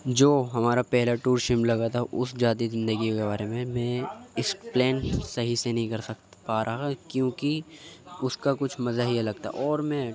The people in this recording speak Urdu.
جو ہمارا پہلا ٹور شملہ کا تھا اس جاتی زندگی کے بارے میں میں اکسپلین صحیح سے نہیں کر سک پا رہا کیونکہ اس کا کچھ مزہ ہی الگ تھا اور میں